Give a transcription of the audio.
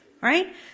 Right